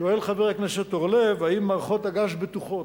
שואל חבר הכנסת אורלב אם מערכות הגז בטוחות.